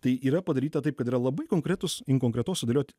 tai yra padaryta taip kad yra labai konkretūs konkretaus sudėlioti